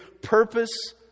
purpose